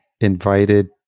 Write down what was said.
invited